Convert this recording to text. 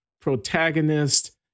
protagonist